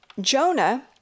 Jonah